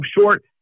short